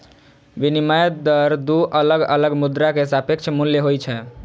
विनिमय दर दू अलग अलग मुद्रा के सापेक्ष मूल्य होइ छै